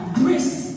grace